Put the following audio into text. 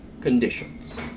conditions